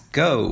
go